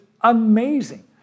amazing